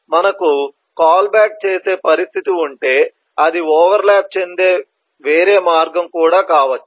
మనకు call back చేసే పరిస్థితి ఉంటే అది ఓవర్ ల్యాప్ చెందే వేరే మార్గం కూడా కావచ్చు